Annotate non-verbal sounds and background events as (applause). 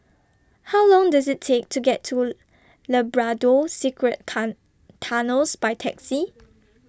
How Long Does IT Take to get to (hesitation) Labrador Secret (unintelligible) Tunnels By Taxi